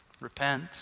Repent